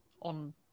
on